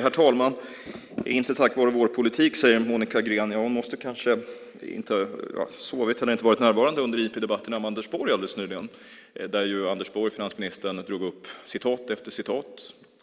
Herr talman! Det är inte tack vare vår politik, säger Monica Green. Hon måste ha sovit eller inte varit närvarande under interpellationsdebatterna med Anders Borg alldeles nyligen där finansministern tog upp citat efter citat från